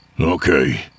Okay